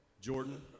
Jordan